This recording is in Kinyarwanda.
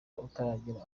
utaragera